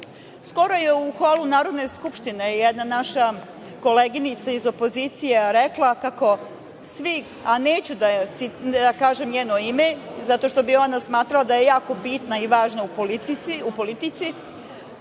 je u holu Narodne skupštine jedna naša koleginica iz opozicije rekla kako svi, a neću da kažem njeno ime, zato što bi ona smatrala da je jako bitna i važna u politici,